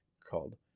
called